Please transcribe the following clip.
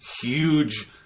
huge